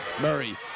Murray